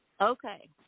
Okay